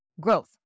growth